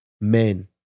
men